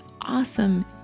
awesome